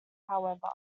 however